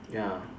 ya